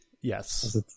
Yes